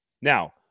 Now